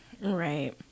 Right